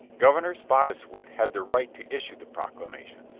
governor spottiswood had the right to issue the proclamation,